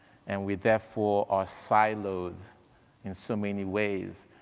and we therefore are silos in so many ways,